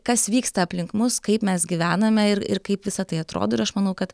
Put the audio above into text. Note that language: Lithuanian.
kas vyksta aplink mus kaip mes gyvename ir ir kaip visa tai atrodo ir aš manau kad